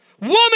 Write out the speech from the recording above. woman